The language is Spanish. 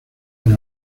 por